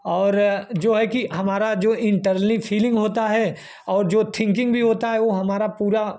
और जो है कि हमारा जो इंटरलिंग फीलिंग होता है और जो थिंकिंग भी होता है वह हमारा पूरा